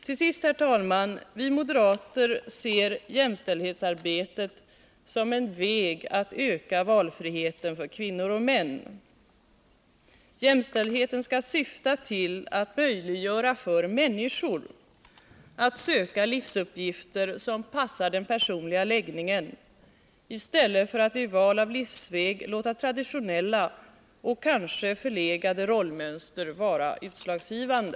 Till sist: Vi moderater ser jämställdhetsarbetet som en väg att öka valfriheten för kvinnor och män. Jämställdheten skall syfta till att möjliggöra för människor att söka livsuppgifter som passar den personliga läggningen i stället för att vid val av livsväg låta traditionella och kanske förlegade rollmönster vara utslagsgivande.